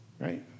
right